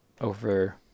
over